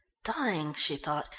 dying she thought,